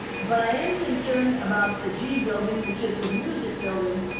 but i am concerned about the g building, which is the music building,